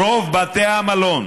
רוב בתי המלון